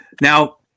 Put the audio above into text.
Now